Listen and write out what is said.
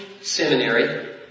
seminary